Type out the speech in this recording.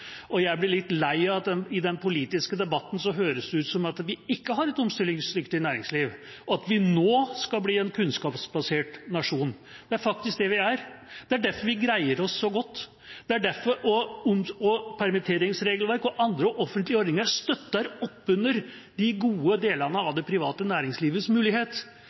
Jeg er litt lei av at det i den politiske debatten høres ut som at vi ikke har et omstillingsdyktig næringsliv, og at vi nå skal bli en kunnskapsbasert nasjon. Det er faktisk det vi er. Det er derfor vi greier oss så godt. Permitteringsregelverket og andre offentlige ordninger støtter opp under de gode delene av det private næringslivets mulighet